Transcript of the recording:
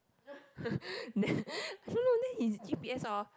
then no no then his g_p_s hor